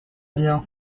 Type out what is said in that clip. bien